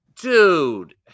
dude